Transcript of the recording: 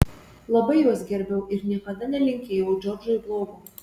labai juos gerbiau ir niekada nelinkėjau džordžui blogo